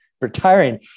retiring